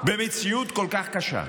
במציאות כל כך קשה,